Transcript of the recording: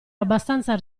abbastanza